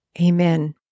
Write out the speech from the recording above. Amen